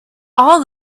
all